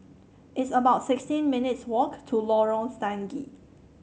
it's about sixteen minutes' walk to Lorong Stangee